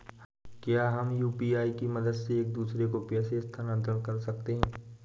क्या हम यू.पी.आई की मदद से एक दूसरे को पैसे स्थानांतरण कर सकते हैं?